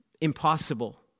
impossible